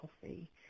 coffee